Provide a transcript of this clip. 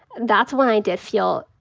that's when i did feel,